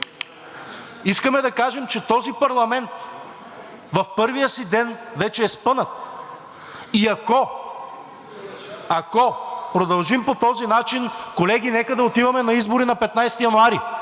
искаме да кажем, че този парламент в първия си ден вече е спънат и ако продължим по този начин, колеги, нека да отиваме на избори на 15 януари.